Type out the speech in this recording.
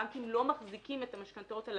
בנקים לא מחזיקים את המשכנתאות על